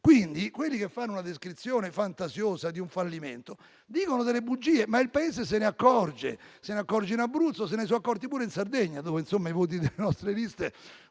Quelli che fanno una descrizione fantasiosa di un fallimento dicono bugie, ma il Paese se ne accorge. Se ne accorge in Abruzzo e se ne sono accorti pure in Sardegna, dove i voti delle nostre liste